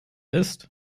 ist